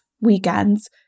weekends